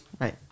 Right